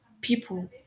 people